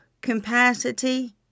capacity